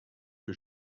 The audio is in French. que